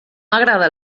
agrada